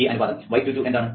ഈ അനുപാതം y22 എന്താണ്